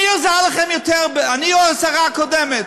מי עזר לכם יותר, אני או השרה הקודמת?